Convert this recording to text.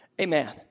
Amen